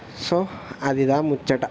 so అది ముచ్చట